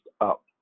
up